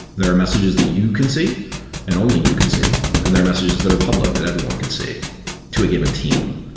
there are messages that you can see and only you can see, and there are messages that are public, that everyone can see to a given team,